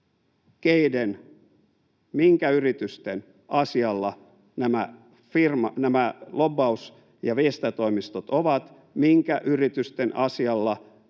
keiden ja minkä yritysten asialla nämä lobbaus- ja viestintätoimistot ovat, minkä yritysten asialla